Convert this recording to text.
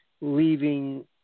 leaving